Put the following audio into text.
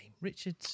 Richard